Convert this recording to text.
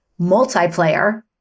multiplayer